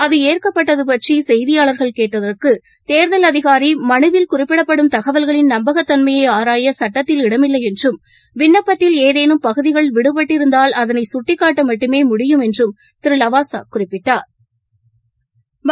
அதுஏற்கப்பட்டதுபற்றிசெய்தியாளர்கள் கேட்டதற்கு தேர்தல் அதிகாரிமனுவில் குறிப்பிடப்படும் தகவல்களின் நம்பகத்தன்மையைஆராயசட்டத்தில் இடமில்லைஎன்றும் விண்ணப்பத்தில் பகுதிகள் விடுபட்டிருந்தால் அதனைசுட்டிக்காட்டமட்டுமே ஏதேனும் முடியும் என்றும் திருலவாசாகுறிப்பிட்டாள்